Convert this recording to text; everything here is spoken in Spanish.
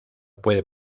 puede